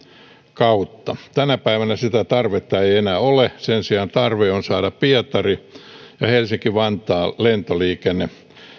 kautta tänä päivänä sitä tarvetta ei ei enää ole sen sijaan tarve on saada pietari ja helsinki vantaan lentoliikenne